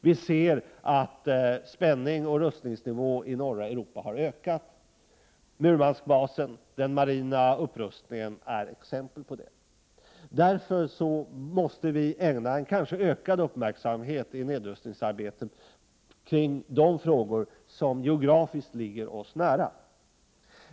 Vi ser att spänningsoch rustningsnivån i norra Europa har höjts. Murmanskbasen och den marina upprustningen är exempel på det. Därför måste vi i nedrustningsarbetet kanske ägna ökad uppmärksamhet åt de frågor som geografiskt ligger oss nära.